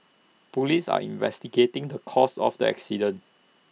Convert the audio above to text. Police are investigating the cause of the accident